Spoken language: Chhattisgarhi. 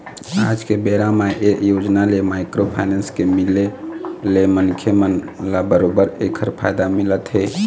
आज के बेरा म ये योजना ले माइक्रो फाइनेंस के मिले ले मनखे मन ल बरोबर ऐखर फायदा मिलत हे